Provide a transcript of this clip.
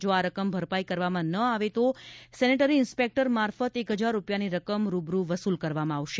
જો આ રકમ ભરપાઇ કરવામાં ન આવે તો સેનેટરી ઇન્સપેકટર મારફત એક હજાર રૂપિયાની રકમ રૂબરૂ વસુલ કરવામાં આવશે